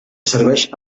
serveix